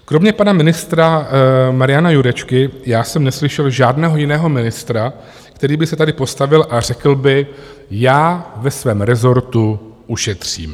Kromě pana ministra Mariana Jurečky já jsem neslyšel žádného jiného ministra, který by se tady postavil a řekl by já ve svém rezortu ušetřím.